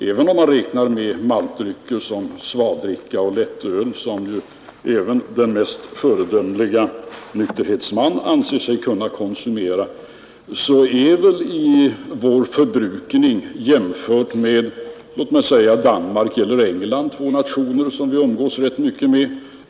Även om man räknar in maltdrycker som svagdricka och lättöl, som ju även den mest föredömliga nykterhetsman anser sig kunna konsumera, är förbrukningen per invånare bara hälften så stor i Sverige som i Danmark eller England, två nationer som vi umgås rätt mycket med.